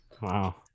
Wow